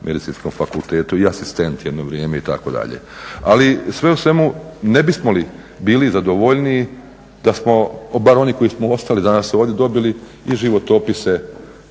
Medicinskom fakultetu i asistent jedno vrijeme itd. Ali sve u svemu ne bismo li bili zadovoljniji da smo, bar oni koji smo ostali danas ovdje, dobili i životopise